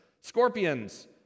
scorpions